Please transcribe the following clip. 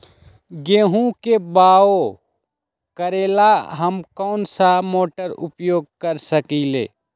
गेंहू के बाओ करेला हम कौन सा मोटर उपयोग कर सकींले?